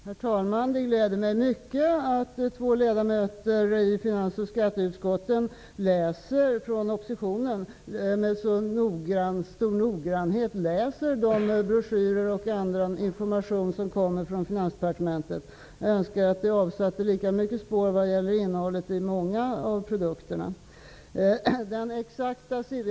Herr talman! Det gläder mig mycket att två ledamöter från oppositionen i finansutskottet och i skatteutskottet med så stor noggrannhet läser de broschyrer och annan information som kommer från Finansdepartementet. Jag önskar att innehållet i många av produkterna avsatte lika mycket spår.